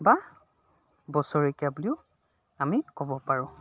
বা বছৰেকীয়া বুলিও আমি ক'ব পাৰোঁ